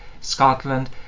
Scotland